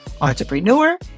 entrepreneur